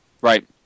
Right